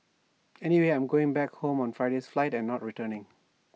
anyway I'm going back home on Friday's flight and not returning